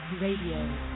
Radio